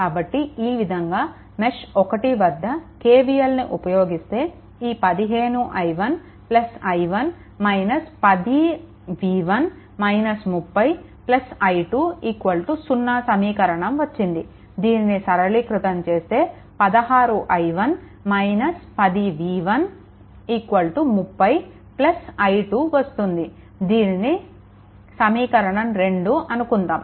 కాబట్టి ఈ విధంగా మెష్1 వద్ద KVLని ఉపయోగిస్తే ఈ 15i1 i1 10v1 30 i2 0 సమీకరణం వచ్చింది దీనిని సరళీకృతం చేస్తే 16i1 10v1 30 i2 వస్తుంది దీనిని సమీకరణం 2 అనుకుందాము